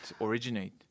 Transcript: originate